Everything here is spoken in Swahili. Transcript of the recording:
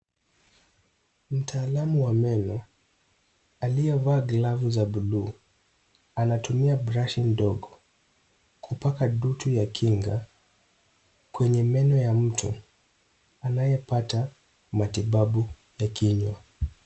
Mtaalamu wa meno aliyevaa glavu za bluu anatumia brashi ndogo kupaka dutu ya kinga kwenye meno ya mtu anayepata matibabu ya kinywa.